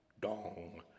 Dong